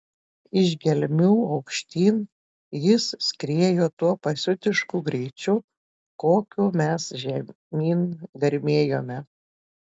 iš gelmių aukštyn jis skriejo tuo pasiutišku greičiu kokiu mes žemyn garmėjome